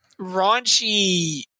raunchy